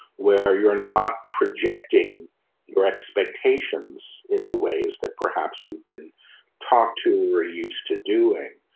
where you're not projecting your expectations in the ways that perhaps we've been taught to. we're used to doing.